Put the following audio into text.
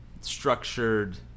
structured